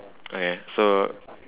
okay so